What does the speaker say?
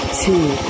two